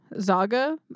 Zaga